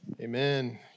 Amen